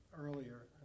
earlier